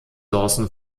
dawson